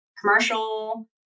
commercial